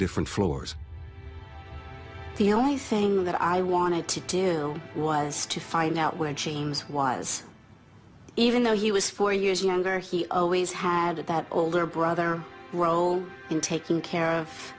different floors the only thing that i wanted to do was to find out where jeems was even though he was four years younger he always had that older brother role in taking care of